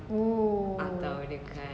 oh